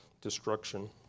Destruction